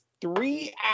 three